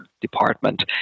department